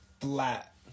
flat